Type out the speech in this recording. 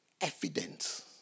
evidence